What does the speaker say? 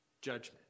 judgment